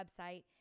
website